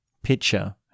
picture